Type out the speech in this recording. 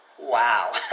wow